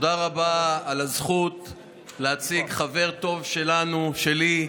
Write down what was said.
תודה רבה על הזכות להציג חבר טוב שלנו, שלי,